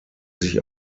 sich